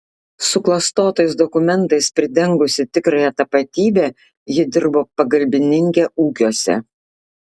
suklastotais dokumentais pridengusi tikrąją tapatybę ji dirbo pagalbininke ūkiuose